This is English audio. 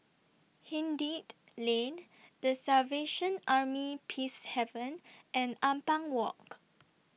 Lane The Salvation Army Peacehaven and Ampang Walk